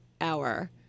hour